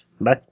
Bye